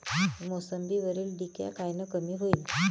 मोसंबीवरील डिक्या कायनं कमी होईल?